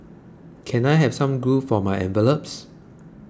can I have some glue for my envelopes